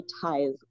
ties